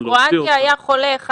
להוציא אותה --- מקרואטיה היה חולה אחד.